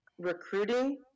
recruiting